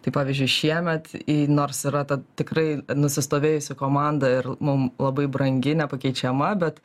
tai pavyzdžiui šiemet į nors yra ta tikrai nusistovėjusi komanda ir mum labai brangi nepakeičiama bet